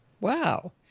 Wow